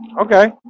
okay